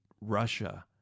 Russia